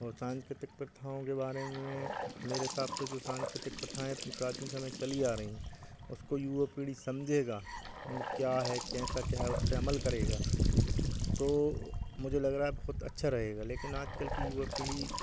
और सांस्कृतिक प्रथाओं के बारे में मेरे हिसाब से जो सांस्कृतिक प्रथाएं अपनी प्राचीन समय चली आ रही हैं उसको युवा पीढ़ी समझेगा ब क्या है कैसा क्या है उसपर अमल करेगा तो मुझे लग रहा है बहुत अच्छा रहेगा लेकिन आजकल की युवा पीढ़ी